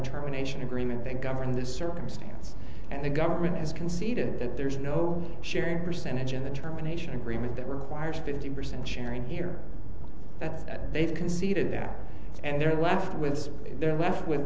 termination agreement that governed this circumstance and the government has conceded that there's no sharing percentage and a determination agreement that requires fifty percent sharing here that they've conceded that and they're left with they're left with